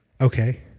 okay